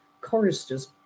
choristers